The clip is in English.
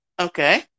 Okay